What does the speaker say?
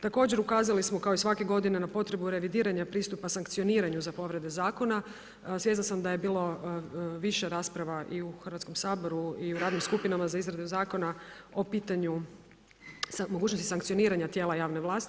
Također ukazali smo kao i svake godine na potrebu revidiranja pristupa sa sankcioniranju za povrede zakona, svjesna sam da je bilo više rasprava i u Hrvatskom saboru i u radnim skupinama za izradu zakona o pitanju mogućnosti sankcioniranja tijela javne vlasti.